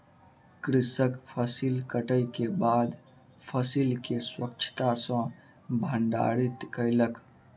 कृषक फसिल कटै के बाद फसिल के स्वच्छता सॅ भंडारित कयलक